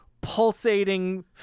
pulsating